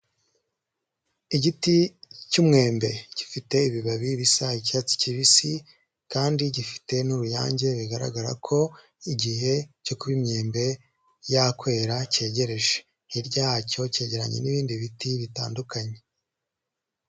Igiti cy'umwembe gifite ibibabi bisa icyatsi kibisi kandi gifite n'uruyange bigaragara ko igihe cyo kuba imyembe yakwera cyegereje, hirya yacyo cyegeranye n'ibindi biti bitandukanye.